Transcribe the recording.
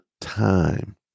time